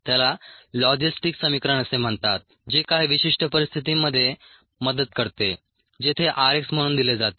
त्याला लॉजिस्टिक समीकरण असे म्हणतात जे काही विशिष्ट परिस्थितींमध्ये मदत करते जेथे rx म्हणून दिले जाते